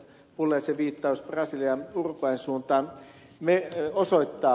pulliaisen viittaus brasilian ja uruguayn suuntaan osoittaa